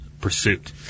pursuit